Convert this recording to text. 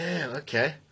okay